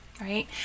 Right